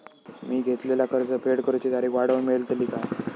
मी घेतलाला कर्ज फेड करूची तारिक वाढवन मेलतली काय?